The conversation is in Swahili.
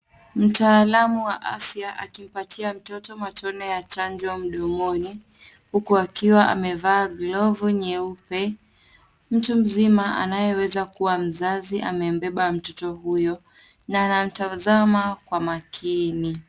Mtaalum wa afya, akimpatia mtoto matone ya chanjo mdomoni, huku akiwa amevaa glavu nyeupe, mtu mzima, anayeweza kuwa mzazi, amembeba mtoto huyo, na anamtazama, kwa makini.